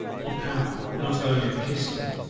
the power not only of kissing,